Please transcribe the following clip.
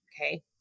okay